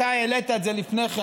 אתה העלית את זה לפני כן,